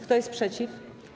Kto jest przeciw?